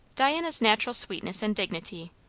diana's natural sweetness and dignity,